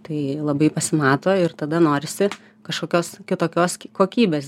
tai labai pasimato ir tada norisi kažkokios kitokios kokybės